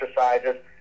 exercises